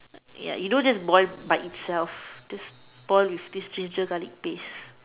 ya you don't just boil by itself just boil with this ginger garlic paste